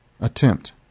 attempt